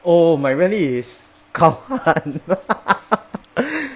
oh my 任意 is 高汉